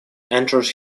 entered